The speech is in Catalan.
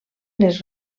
les